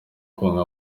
konka